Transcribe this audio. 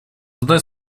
одной